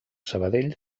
sabadell